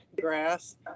grass